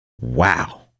wow